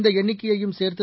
இந்தஎண்ணிக்கையும் சேர்த்து